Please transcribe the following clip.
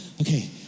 okay